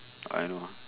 I know